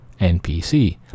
NPC